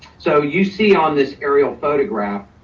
so you see on this aerial photograph,